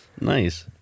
Nice